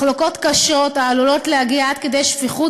מחלוקות קשות העלולות להגיע עד כדי שפיכות